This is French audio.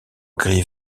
gris